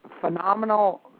phenomenal